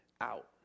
out